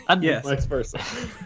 Yes